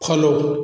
follow